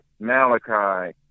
Malachi